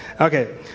Okay